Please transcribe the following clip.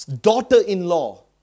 daughter-in-law